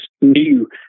new